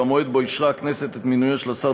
במועד שבו אישרה הכנסת את מינויו של השר